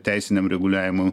teisiniam reguliavimui